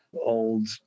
old